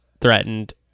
threatened